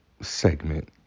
segment